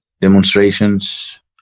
Demonstrations